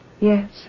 Yes